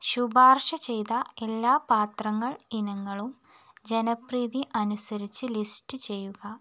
ശുപാർശ ചെയ്ത എല്ലാ പാത്രങ്ങൾ ഇനങ്ങളും ജനപ്രീതി അനുസരിച്ച് ലിസ്റ്റ് ചെയ്യുക